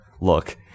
look